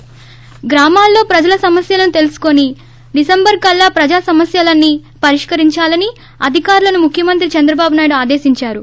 ి స్తగ్రామాల్లో ప్రజల సమస్యలను తెలుసుకుని డిసెంబర్ కల్లా ప్రజార సమస్కలన్నీ పరిష్కరించాలని అధికారులను ముఖ్యమంత్రి చంద్రబాబునాయుడు ఆదేశించారు